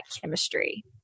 chemistry